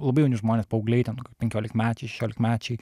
labai jauni žmonės paaugliai ten penkiolikmečiai šešiolikmečiai